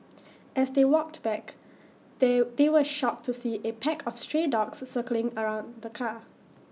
as they walked back they they were shocked to see A pack of stray dogs circling around the car